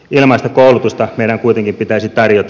ilmaista koulutusta meidän kuitenkin pitäisi tarjota